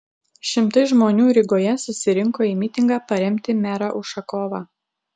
šimtai žmonių rygoje susirinko į mitingą paremti merą ušakovą